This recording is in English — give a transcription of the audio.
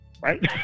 right